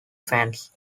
fans